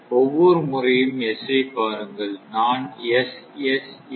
ஒவ்வொரு முறையும் S ஐ பாருங்கள் நான் S S S